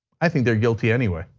i think they're guilty anyway.